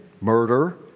murder